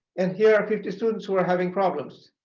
and here are fifty students who are having problems.